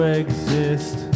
exist